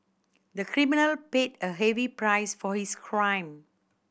the criminal paid a heavy price for his crime